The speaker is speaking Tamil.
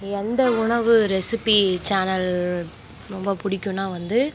எந்த உணவு ரெசிப்பி சேனல் ரொம்ப பிடிக்குன்னா வந்து